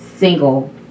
single